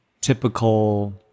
typical